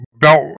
belt